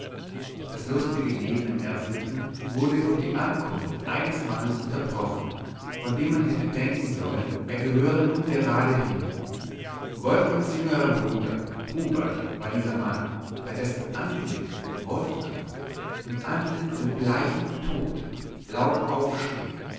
das lustige leben in r sitten wurde durch die ankunft eines mannes unterbrochen von dem man hätte denken sollen er gehöre nun gerade hin wolfgangs jüngerer bruder hubert war dieser mann bei dessen anblick wolfgang im antlitz den bleichen tod laut aufschrie